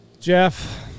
Jeff